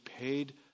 paid